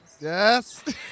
Yes